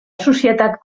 societat